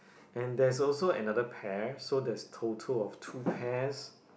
and there's also another pear so there's total of two pears